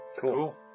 Cool